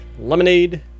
Lemonade